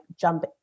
jump